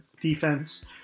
defense